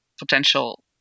potential